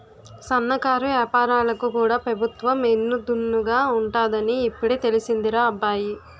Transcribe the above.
సన్నకారు ఏపారాలకు కూడా పెబుత్వం ఎన్ను దన్నుగా ఉంటాదని ఇప్పుడే తెలిసిందిరా అబ్బాయి